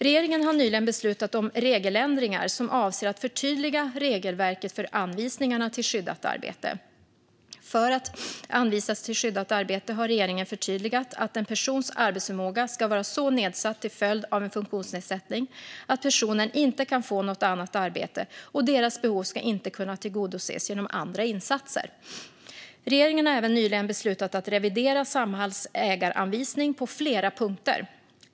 Regeringen har nyligen beslutat om regeländringar som avser att förtydliga regelverket för anvisningarna till skyddat arbete. Regeringen har förtydligat att för att man ska kunna anvisas till skyddat arbete ska en persons arbetsförmåga ska vara så nedsatt till följd av en funktionsnedsättning att personen inte kan få något annat arbete, och deras behov ska inte kunna tillgodoses genom andra insatser. Regeringen har även nyligen beslutat att revidera Samhalls ägaranvisning på flera punkter.